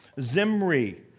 Zimri